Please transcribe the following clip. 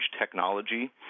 technology